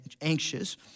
anxious